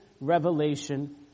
revelation